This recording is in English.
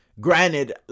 granted